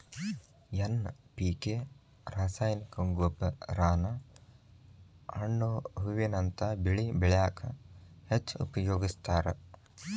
NPK ರಾಸಾಯನಿಕ ಗೊಬ್ಬರಾನ ಹಣ್ಣು ಹೂವಿನಂತ ಬೆಳಿ ಬೆಳ್ಯಾಕ ಹೆಚ್ಚ್ ಉಪಯೋಗಸ್ತಾರ